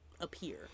appear